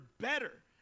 better